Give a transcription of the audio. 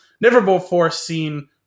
never-before-seen